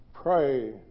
Pray